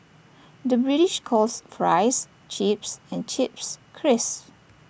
the British calls Fries Chips and Chips Crisps